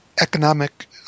economic